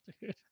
dude